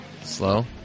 Slow